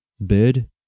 Bird